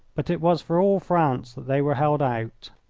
but it was for all france that they were held out.